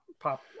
Pop